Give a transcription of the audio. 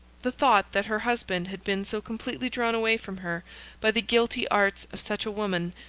the thought that her husband had been so completely drawn away from her by the guilty arts of such a woman,